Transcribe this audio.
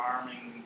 Farming